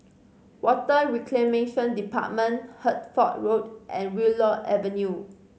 Water Reclamation Department Hertford Road and Willow Avenue